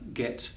get